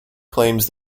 claims